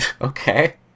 Okay